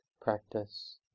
practice